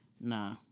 nah